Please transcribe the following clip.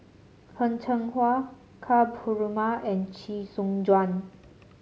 Heng Cheng Hwa Ka Perumal and Chee Soon Juan